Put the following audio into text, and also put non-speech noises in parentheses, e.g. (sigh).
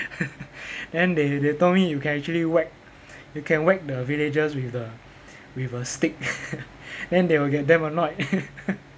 (laughs) then they they told me you can actually whack you can whack the villagers with the with a stick (laughs) then they will get damn annoyed (laughs)